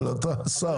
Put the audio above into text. אבל אתה השר.